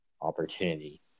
opportunity